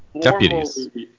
deputies